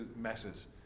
masses